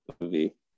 movie